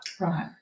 right